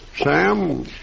Sam